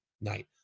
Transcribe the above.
night